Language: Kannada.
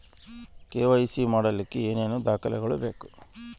ಕೆ.ವೈ.ಸಿ ಮಾಡಲಿಕ್ಕೆ ಏನೇನು ದಾಖಲೆಬೇಕು?